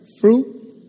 fruit